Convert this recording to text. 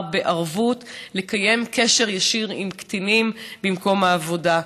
בערבות לקיים קשר ישיר עם קטינים במקום העבודה.